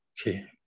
Okay